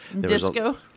Disco